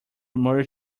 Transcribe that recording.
merge